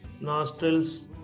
nostrils